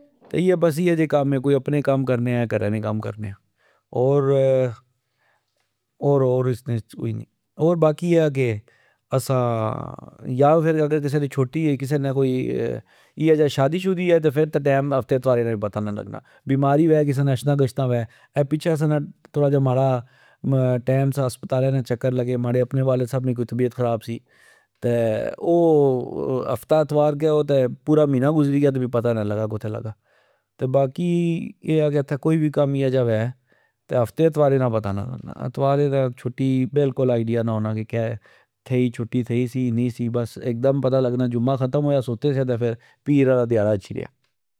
تہ اییہ بس اییہ جے کم اے کوئی اپنے کم کرنے آ ،کرہ نے کم کرنے آ ۔اور اسنے اچ کج نی۔ اور باقی اییہ آ کہ اسا یا فر کسہ نی چھٹی ہوئی کسہ نے کوئی شادی شودی اہہ تہ فر تہ ٹئم ہفتے اتوارہ نا نی پتا لگنا بیماری وہ کسہ نا اچھنا گچھنا وہ ۔اے پچھہ ماڑا تھوڑا ٹئم سا ہسپتالہ نے چکر لگے ،ماڑے اپنے والد صاحب نی تبیعت خراب سی تہ او ہفتہ اتوار تہ او تہ پورا مہینہ گزری گیا تہ می پتا نا لگا کتھہ لگا تہ باقی کوئی وی کم اییہ جا وہ تہ ہفتہ اتوارہ نا نے پتا لگنا ۔اتورے نی چھٹی بلکل آئیڈیا نے ہونا کہ چھٹی تھئی سی نی سی بس اک دم پتا لگنا جمعہ ختم ہویا ستے سیا تہ فر پیر آلا دیاڑا اچھی ریا۔